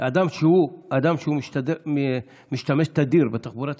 אדם שמשתמש תדיר בתחבורה הציבורית,